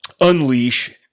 Unleash